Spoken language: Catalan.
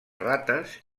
rates